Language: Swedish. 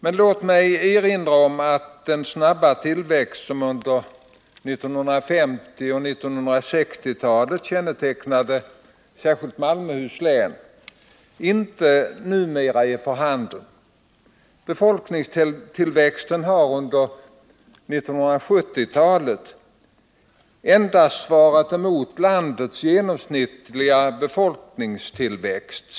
Men låt mig erinra om att den snabba tillväxt som under 1950 och 1960-talen kännetecknade särskilt Malmöhus län inte numera är för handen. Befolkningstillväxten har under 1970-talet endast svarat emot landets genomsnittliga befolkningstillväxt.